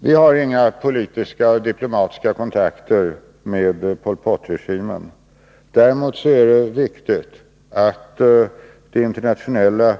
Herr talman! Vi har inga politiska och diplomatiska kontakter med Pol Pot-regimen. Däremot är det viktigt att det internationella